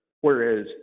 whereas